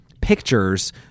pictures